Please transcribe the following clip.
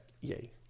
Yay